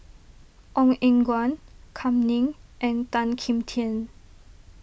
Ong Eng Guan Kam Ning and Tan Kim Tian